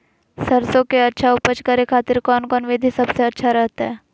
सरसों के अच्छा उपज करे खातिर कौन कौन विधि सबसे अच्छा रहतय?